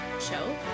show